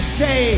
say